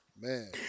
Man